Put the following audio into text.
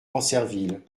ancerville